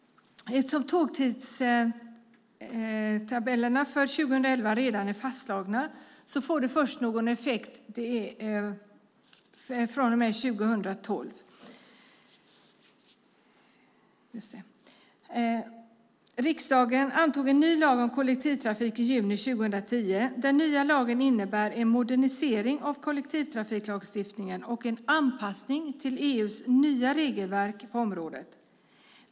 Eftersom tågtidtabellerna för 2011 redan är fastslagna får förändringen effekt först i de tidtabeller som gäller för 2012. Riksdagen antog en ny lag om kollektivtrafik i juni 2010. Den nya lagen innebär en modernisering av kollektivtrafiklagstiftningen och en anpassning till EU:s nya regelverk på området.